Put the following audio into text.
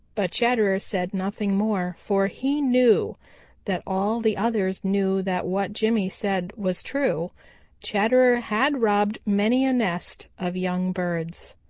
but chatterer said nothing more, for he knew that all the others knew that what jimmy said was true chatterer had robbed many a nest of young birds.